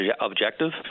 objective